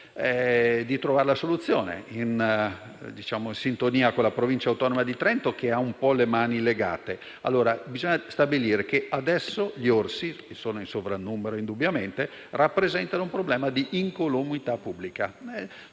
Di trovare una soluzione, in sintonia con la Provincia autonoma di Trento, che ha in parte le mani legate. Bisogna stabilire che adesso gli orsi - che sono indubbiamente in sovrannumero - rappresentano un problema di incolumità pubblica.